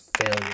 failure